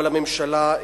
אבל הממשלה,